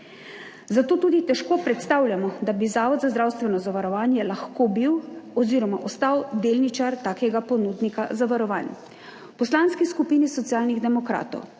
Zato tudi težko predstavljamo, da bi Zavod za zdravstveno zavarovanje lahko bil oziroma ostal delničar takega ponudnika zavarovan. V Poslanski skupini Socialnih demokratov